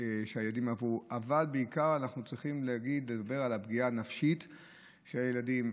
אבל אנחנו צריכים לדבר בעיקר על הפגיעה הנפשית בילדים,